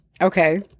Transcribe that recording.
Okay